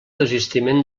desistiment